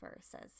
says